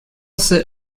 sit